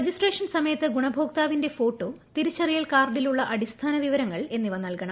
registration സമയത്ത് ഗുണഭോക്താവിന്റെ photo തിരിച്ചറിയൽ കാർഡിലുള്ള അടിസ്ഥാന വിവരങ്ങൾ എന്നിവ നൽകണം